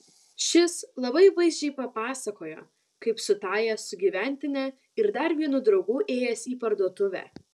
šis labai vaizdžiai papasakojo kaip su tąja sugyventine ir dar vienu draugu ėjęs į parduotuvę